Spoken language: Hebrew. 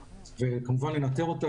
וכמובן לנתר אותה,